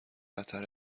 قطر